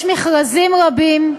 יש מכרזים רבים,